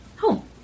home